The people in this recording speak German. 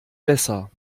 besser